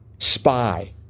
Spy